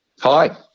Hi